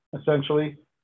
essentially